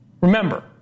remember